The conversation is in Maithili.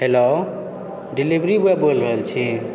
हैलो डिलीवरी ब्यॉय बोलि रहल छी